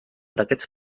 d’aquests